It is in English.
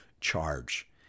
charge